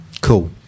cool